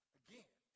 again